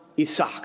Isaac